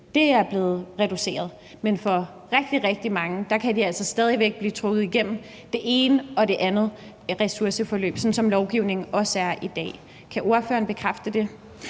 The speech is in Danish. blevet reduceret, men rigtig, rigtig mange kan altså stadig væk blive trukket igennem det ene og det andet ressourceforløb, sådan som lovgivningen er i dag. Kan ordføreren bekræfte det?